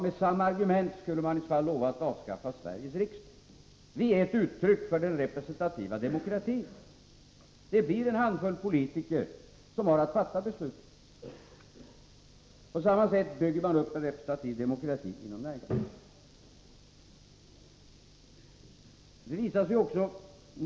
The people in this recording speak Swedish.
Med samma argument skulle man i så fall lova att avskaffa Sveriges riksdag — den är också ett uttryck för den representativa demokratin. Det blir en handfull politiker som har att fatta besluten. På samma sätt bygger man upp en representativ demokrati inom näringslivet.